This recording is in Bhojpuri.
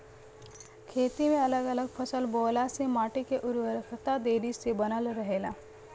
खेती में अगल अलग फसल बोअला से माटी के उर्वरकता देरी ले बनल रहेला